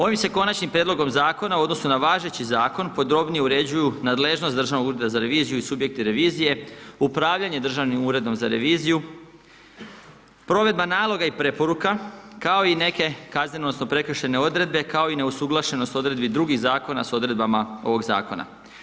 Ovim se konačnim prijedlogom zakona u odnosu na važeći zakon, podrobnije uređuje nadležnost Državnog ureda za reviziju i subjekte revizije upravljanjem Državnim uredom za reviziju, provedba naloga i preporuka, kao i neke kazneno, odnosno, prekršajne odredbe, kao i neusuglašenost odredbe drugih zakona s odredbama ovog zakona.